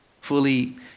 fully